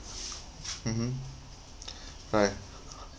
mmhmm right